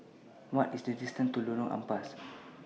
What IS The distance to Lorong Ampas